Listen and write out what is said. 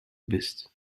bist